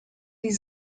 die